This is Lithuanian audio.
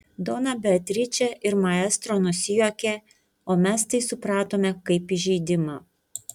dona beatričė ir maestro nusijuokė o mes tai supratome kaip įžeidimą